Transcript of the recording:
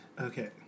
Okay